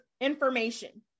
information